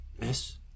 Miss